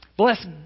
Bless